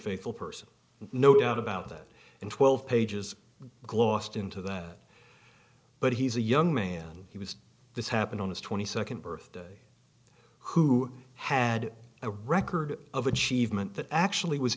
faithful person no doubt about that and twelve pages glossed into that but he's a young man he was this happened on his nd birthday who had a record of achievement that actually was